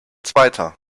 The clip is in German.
zweiter